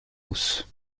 brousse